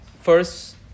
first